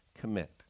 commit